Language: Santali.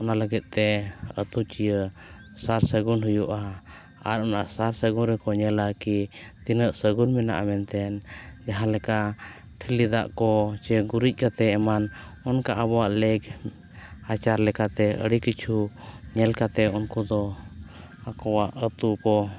ᱚᱱᱟ ᱞᱟᱹᱜᱤᱫᱛᱮ ᱟᱛᱳ ᱪᱤᱭᱟᱹ ᱥᱟᱨᱥᱟᱜᱩᱱ ᱦᱩᱭᱩᱜᱼᱟ ᱟᱨ ᱚᱱᱟ ᱥᱟᱨᱥᱟᱹᱜᱩᱱ ᱨᱮᱠᱚ ᱧᱮᱞᱟ ᱠᱤ ᱛᱤᱱᱟᱹᱜ ᱥᱟᱹᱜᱩᱱ ᱢᱮᱱᱟᱜᱼᱟ ᱢᱮᱱᱛᱮ ᱡᱟᱦᱟᱸᱞᱮᱠᱟ ᱴᱷᱤᱞᱤ ᱫᱟᱜ ᱠᱚ ᱪᱮ ᱜᱩᱨᱤᱡ ᱠᱟᱛᱮᱫ ᱮᱢᱟᱱ ᱚᱱᱠᱟ ᱟᱵᱚᱣᱟᱜ ᱞᱮᱠ ᱟᱪᱟᱨ ᱞᱮᱠᱟᱛᱮ ᱟᱹᱰᱤ ᱠᱤᱪᱷᱩ ᱧᱮᱞ ᱠᱟᱛᱮᱫ ᱩᱱᱠᱩ ᱫᱚ ᱟᱠᱚᱣᱟᱜ ᱟᱛᱳ ᱠᱚ